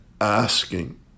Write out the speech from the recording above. asking